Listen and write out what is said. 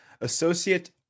Associate